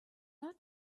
not